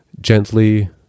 gently